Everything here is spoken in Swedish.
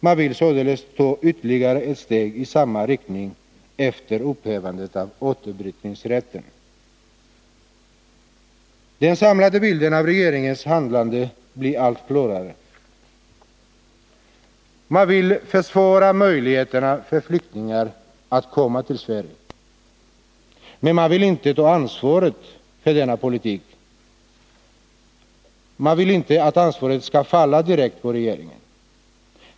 Den vill således ta ytterligare ett steg i samma riktning efter upphävandet av återbrytningsrätten. Den samlade bilden av regeringens handlande blir allt klarare. Man vill försvåra möjligheterna för flyktingar att komma till Sverige. Men man vill inte att ansvaret för denna politik skall falla direkt på regeringen.